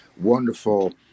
wonderful